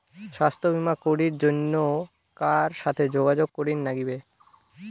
স্বাস্থ্য বিমা করির জন্যে কার সাথে যোগাযোগ করির নাগিবে?